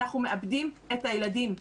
אנחנו מאבדים את הילדים,